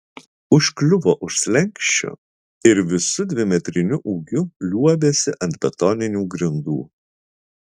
užkliuvo už slenksčio ir visu dvimetriniu ūgiu liuobėsi ant betoninių grindų